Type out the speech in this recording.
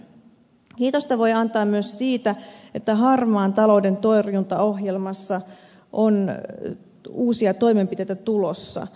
kiitosta voi antaa myös siitä että harmaan talouden torjuntaohjelmassa on uusia toimenpiteitä tulossa